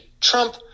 Trump